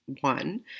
one